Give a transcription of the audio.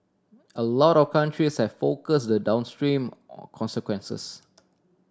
a lot of countries have focus the downstream consequences